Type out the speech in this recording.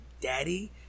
daddy